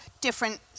different